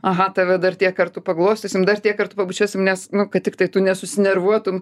aha tave dar tiek kartų paglostysim dar tiek kartų pabučiuosim nes nu kad tiktai tu nesusinervuotum